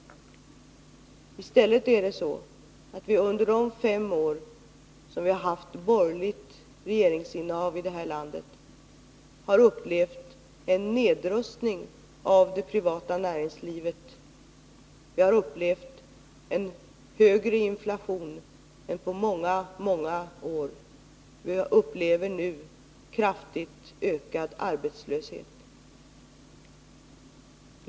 Det är i stället så att vi under de fem år som vi har haft borgerligt regeringsinnehav i detta land har upplevt en nedrustning av det privata näringslivet. Vi har upplevt en högre inflation än på många år. Vi upplever nu en kraftigt ökad arbetslöshet.